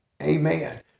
Amen